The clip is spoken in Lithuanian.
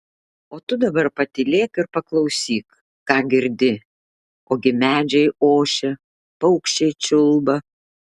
o tu dabar patylėk ir paklausyk ką girdi ogi medžiai ošia paukščiai čiulba